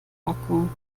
packung